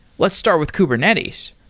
let's start with kubernetes.